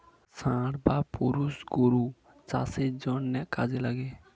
ষাঁড় বা পুরুষ গরু চাষের জন্যে কাজে লাগে